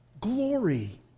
Glory